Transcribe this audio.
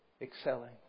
excelling